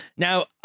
Now